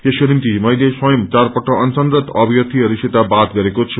यसको निम्ति मैले स्वयं चारपल्ट अनशनरत अभ्यर्थीहरूसित बात गरेको छ